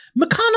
McConnell